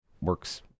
works